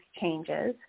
changes